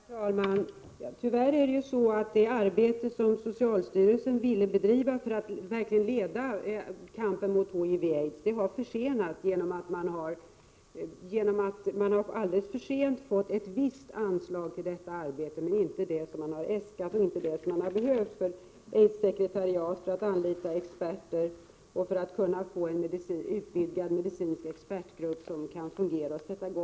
Herr talman! Tyvärr är det ju så att det arbete som socialstyrelsen ville bedriva för att verkligen leda kampen mot HIV och aids har försenats genom att man alldeles för sent har fått ett visst anslag till detta arbete men inte det anslag som man har äskat och som behövs för aidssekretariatet, för att anlita experter och för att kunna få en utvidgad medicinsk expertgrupp som kan fungera.